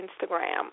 Instagram